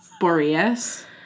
Boreas